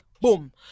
Boom